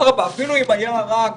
אפילו אם היה רק